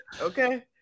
Okay